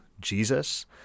Jesus